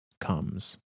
comes